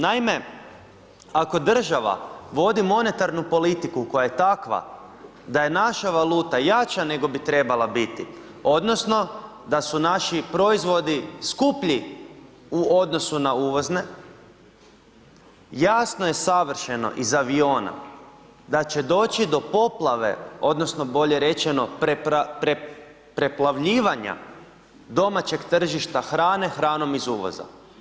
Naime, ako država vodi monetarnu politiku koja je takva da je naša valuta jača nego bi trebala biti odnosno da su naši proizvodi skuplji u odnosu na uvozne jasno je savršeno iz aviona da će doći do poplave odnosno bolje rečeno preplavljivanja domaćeg tržišta hrane, hranom iz uvoza.